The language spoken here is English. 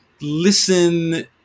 listen